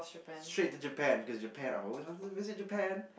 straight to Japan cause Japan I've always wanted to visit Japan